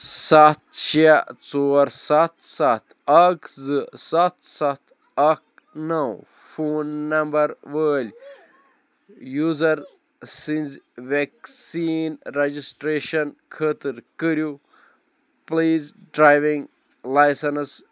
سَتھ شےٚ ژور سَتھ سَتھ اَکھ زٕ سَتھ سَتھ اَکھ نَو فون نمبَر وٲلۍ یوٗزَر سٕنٛزِ ویٚکسیٖن رَجَسٹریشَن خٲطر کٔرِو پُلیٖز ڈراوِنٛگ لایسَنٕس